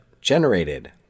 generated